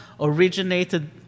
originated